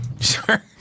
Sure